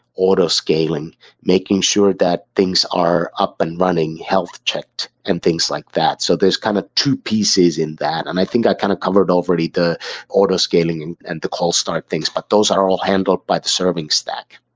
autoscaling, making sure that things are up and running, health-checked and things like that. so there's kind of true pieces in that, and i think i kind of covered already the autoscaling and and the cold start things, but those are all handled by the serving stack.